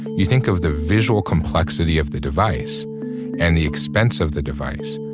you think of the visual complexity of the device and the expense of the device.